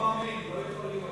לא מאמין, לא יכול להיות.